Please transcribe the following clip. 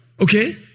Okay